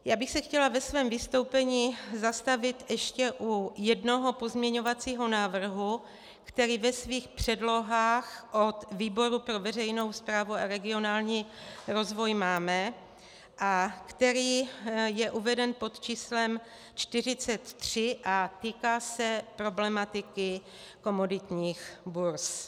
Chtěla bych se ve svém vystoupení zastavit ještě u jednoho pozměňovacího návrhu, který ve svých předlohách od výboru pro veřejnou správu a regionální rozvoj máme a který je uveden pod číslem 43 a týká se problematiky komoditních burz.